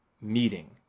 meeting